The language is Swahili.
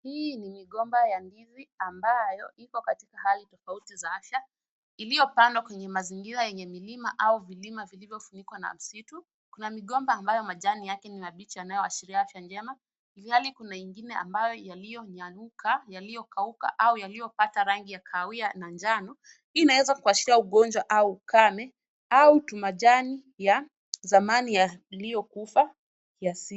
Hii ni mgomba ya ndizi ambayo iko katika hali tafauti za afya iliopandwa kwenye mazingira enye milima au vilima vilivyo funikwa na misitu. Kuna migomba ambaye majini yake ni mabichi yanayoashiria afya njema, ilhali kuna ingine ambao yalionyauka yaliokauka au yaliopata rangi ya kahawia na njano. Hii inaweza kuashiria ungojwa au ukame au tumajani ya samani yaliokufa ya asili.